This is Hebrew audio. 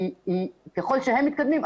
ככל שהם מתקדמים,